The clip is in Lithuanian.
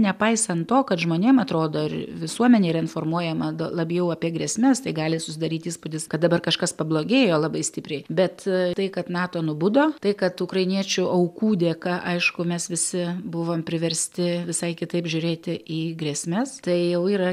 nepaisant to kad žmonėm atrodo ir visuomenė yra informuojama labiau apie grėsmes tai gali susidaryti įspūdis kad dabar kažkas pablogėjo labai stipriai bet tai kad nato nubudo tai kad ukrainiečių aukų dėka aišku mes visi buvom priversti visai kitaip žiūrėti į grėsmes tai jau yra